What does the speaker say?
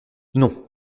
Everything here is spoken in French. non